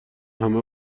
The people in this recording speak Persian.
همه